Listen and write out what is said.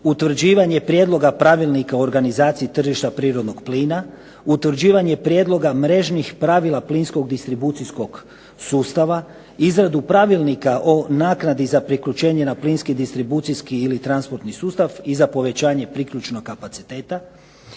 utvrđivanje prijedloga pravilnika o organizaciji tržišta prirodnog plina, utvrđivanje prijedloga mrežnih pravila plinskog distribucijskog sustava, izradu pravilnika o naknadi za priključenje na plinski distribucijski ili transportni sustav i za povećanje priključnog kapaciteta,